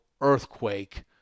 earthquake